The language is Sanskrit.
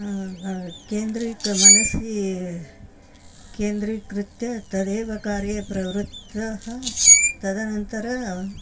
केन्द्रीय मनसी केन्द्रीकृत्य तदेव कार्ये प्रवृत्तः तदनन्तरं